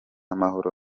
amahoro